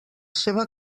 seva